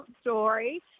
story